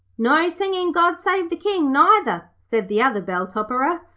no singing god save the king, neither said the other bell-topperer.